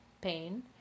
pain